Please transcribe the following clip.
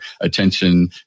attention